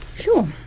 Sure